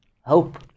hope